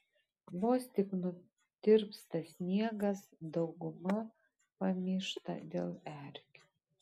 vos tik nutirpsta sniegas dauguma pamyšta dėl erkių